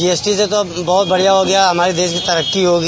GST से तो अब बहुत बढिया हो गया हमारे देश की तरक्की होगी